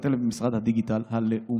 לבטל את משרד הדיגיטל הלאומי.